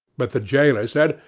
but the jailer said,